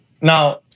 Now